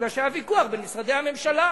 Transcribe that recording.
כי היה ויכוח בין משרדי הממשלה.